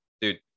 dude